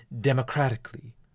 democratically